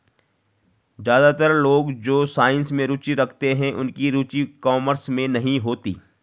ज्यादातर लोग जो साइंस में रुचि रखते हैं उनकी रुचि कॉमर्स में नहीं होती